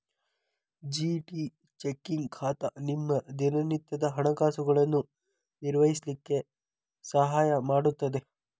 GT checking ಖಾತಾ ನಿಮ್ಮ ದಿನನಿತ್ಯದ ಹಣಕಾಸುಗಳನ್ನು ನಿರ್ವಹಿಸ್ಲಿಕ್ಕೆ ಸಹಾಯ ಮಾಡುತ್ತದೆ